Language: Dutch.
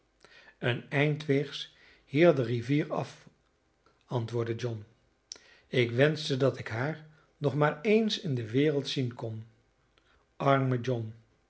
een eind weegs hier de rivier af antwoordde john ik wenschte dat ik haar nog maar eens in de wereld zien kon arme john